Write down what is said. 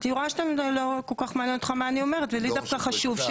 אני רואה שלא כל כך מעניין מה אני אומרת ולי דווקא שתדע.